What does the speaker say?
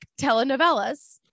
telenovelas